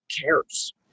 cares